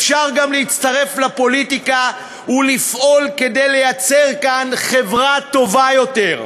אפשר גם להצטרף לפוליטיקה ולפעול כדי לייצר כאן חברה טובה יותר.